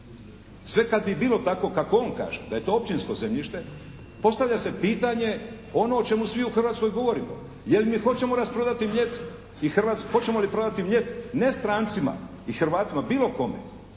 sve kad bi bilo tako kako on kaže da je to općinsko zemljište, postavlja se pitanje ono o čemu svi u Hrvatskoj govorimo, jel' mi hoćemo rasprodati Mljet, hoćemo li prodati Mljet ne strancima i Hrvatima, bilo kome,